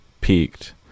peaked